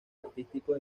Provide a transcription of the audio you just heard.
artísticos